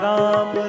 Ram